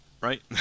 right